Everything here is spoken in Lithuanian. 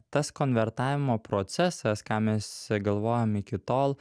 tas konvertavimo procesas ką mes galvojom iki tol